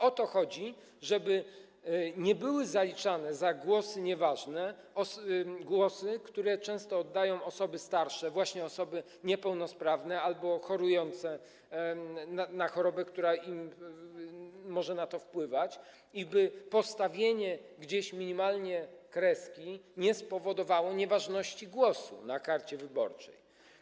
O to chodzi, żeby nie były liczone jako głosy nieważne głosy, które często oddają osoby starsze, osoby niepełnosprawne albo chorujące na chorobę, która może na to wpływać, i by postawienie gdzieś minimalnie kreski nie spowodowało nieważności głosu na karcie wyborczej.